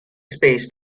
space